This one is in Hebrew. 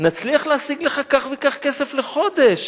נצליח להשיג לך כך וכך כסף לחודש.